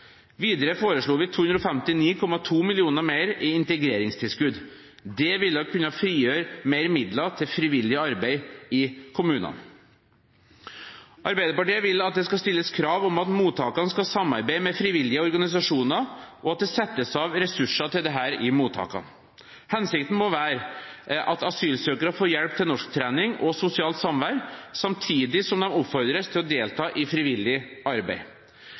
Videre foreslo vi 259,2 mill. kr mer i integreringstilskudd. Det ville kunne frigitt flere midler til frivillig arbeid i kommunene. Arbeiderpartiet vil at det skal stilles krav om at mottakene skal samarbeide med frivillige organisasjoner, og at det settes av ressurser til dette i mottakene. Hensikten må være at asylsøkere får hjelp til norsktrening og sosialt samvær, samtidig som de oppfordres til å delta i frivillig arbeid.